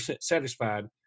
satisfied